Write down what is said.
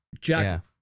Jack